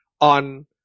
on